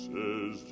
Says